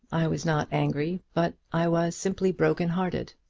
i was not angry, but i was simply broken-hearted.